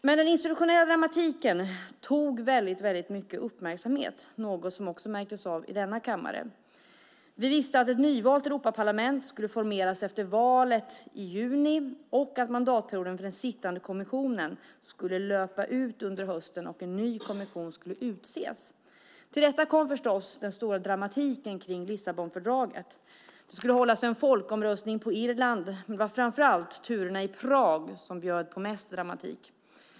Men den institutionella dramatiken tog väldigt mycket uppmärksamhet, något som också märktes av i denna kammare. Vi visste att ett nyvalt Europaparlament skulle formeras efter valet i juni och att mandatperioden för den sittande kommissionen skulle löpa ut under hösten och en ny kommission utses. Till detta kom förstås den stora dramatiken kring Lissabonfördraget. Det skulle hållas en folkomröstning i Irland, men det var framför allt turerna i Prag som bjöd på mest dramatik.